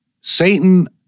Satan